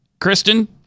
Kristen